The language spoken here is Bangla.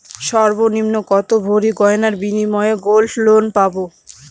সর্বনিম্ন কত ভরি গয়নার বিনিময়ে গোল্ড লোন পাব?